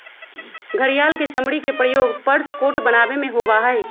घड़ियाल के चमड़ी के प्रयोग पर्स कोट बनावे में होबा हई